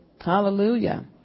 Hallelujah